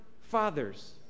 fathers